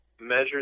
measure